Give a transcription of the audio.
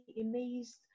amazed